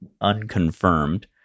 unconfirmed